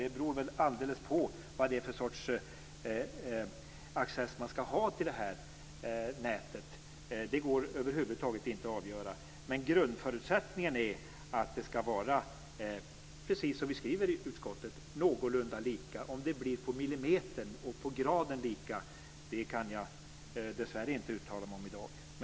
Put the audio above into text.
Det beror på vad det är för sorts access man skall ha till nätet. Det går över huvud taget inte att avgöra. Grundförutsättningen är att det skall vara, precis som vi skriver i utskottet, någorlunda lika. Om det blir på millimetern och på graden lika kan jag dessvärre inte uttala mig om i dag.